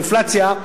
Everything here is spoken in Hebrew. של האינפלציה,